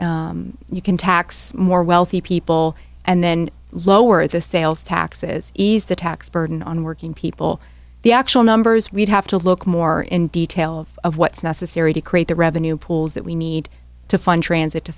you can tax more wealthy people and then lower the sales taxes ease the tax burden on working people the actual number we'd have to look more in detail of what's necessary to create the revenue pools that we need to fund transit to